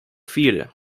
vierde